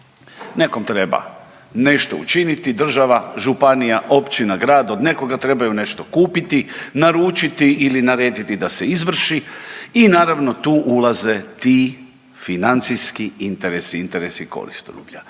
Nekom treba nešto učiniti država, županija, općina, grad. Od nekoga trebaju nešto kupiti, naručiti ili narediti da se izvrši i naravno tu ulaze ti financijski interesi. Interesi koristoljublja.